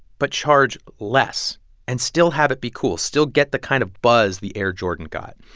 but charge less and still have it be cool, still get the kind of buzz the air jordan got?